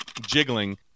jiggling